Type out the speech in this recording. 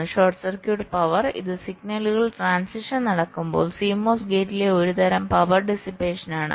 short circuit power ഇത് സിഗ്നലുകൾ transitions നടക്കുമ്പോൾ CMOS ഗേറ്റിലെ ഒരുതരം പവർ ഡിസ്പേഷൻ ആണ്